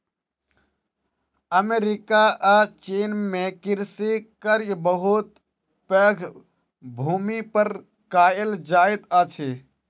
America आ चीन में कृषि कार्य बहुत पैघ भूमि पर कएल जाइत अछि